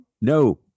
No